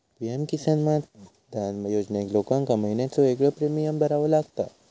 PM Kisan Maandhan योजनेत लोकांका महिन्याचो येगळो प्रीमियम भरावो लागता